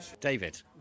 David